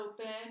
open